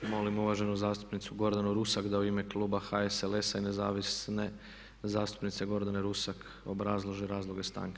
Molim uvaženu zastupnicu Gordanu Rusak da u ime Kluba HSLS-a i nezavisne zastupnice Gordane Rusak obrazloži razloge stanke.